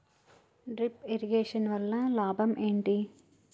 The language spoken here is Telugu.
డ్రిప్ ఇరిగేషన్ వల్ల లాభం ఏంటి?